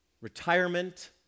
retirement